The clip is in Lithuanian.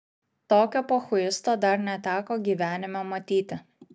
tokio pochuisto dar neteko gyvenime matyti